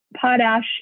potash